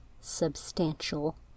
substantial